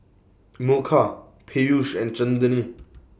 Milkha Peyush and